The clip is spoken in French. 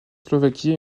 slovaquie